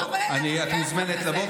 את מוזמנת לבוא,